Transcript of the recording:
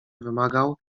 wymagał